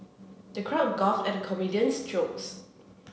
the crowd at the comedian's jokes